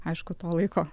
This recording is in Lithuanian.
aišku to laiko